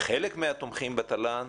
חלק מהתומכים בתל"ן